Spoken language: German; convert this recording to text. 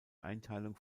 einteilung